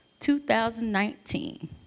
2019